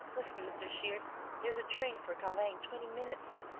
listen, mr. shears there's a train for calais in twenty minutes.